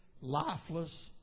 lifeless